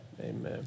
amen